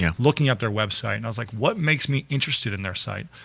yeah looking at their website and i was like, what makes me interested in their site?